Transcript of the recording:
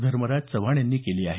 धर्मराज चव्हाण यांनी केली आहे